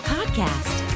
Podcast